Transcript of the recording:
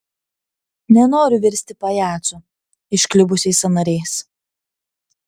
nenoriu virsti pajacu išklibusiais sąnariais